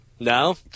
No